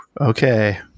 Okay